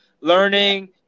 learning